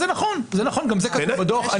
זה נכון, גם זה כתוב בדוח.